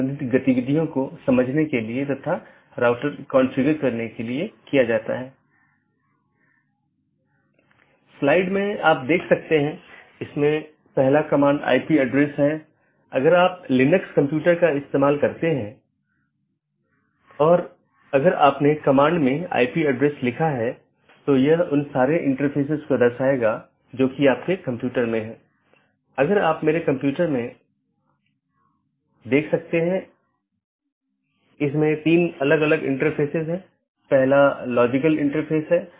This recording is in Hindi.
अंत में ऐसा करने के लिए आप देखते हैं कि यह केवल बाहरी नहीं है तो यह एक बार जब यह प्रवेश करता है तो यह नेटवर्क के साथ घूमता है और कुछ अन्य राउटरों पर जाता है